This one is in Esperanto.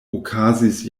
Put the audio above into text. okazis